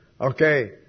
Okay